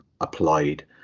applied